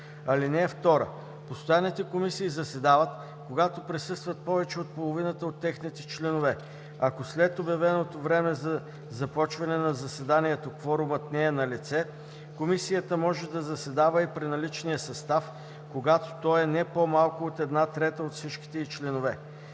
им. (2) Постоянните комисии заседават, когато присъстват повече от половината от техните членове. Ако след обявеното време за започване на заседанието кворумът не е налице, комисията може да заседава и при наличния състав, когато той е не по-малко от една трета от всичките й членове.